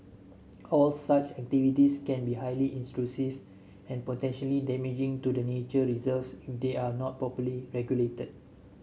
all such activities can be highly intrusive and potentially damaging to the nature reserves if they are not properly regulated